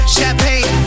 champagne